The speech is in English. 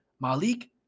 Malik